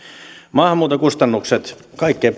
maahanmuuton kustannukset kaikkein